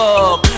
up